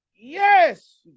yes